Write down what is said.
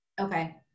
Okay